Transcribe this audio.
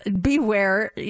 beware